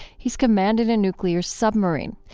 he's commanded a nuclear submarine.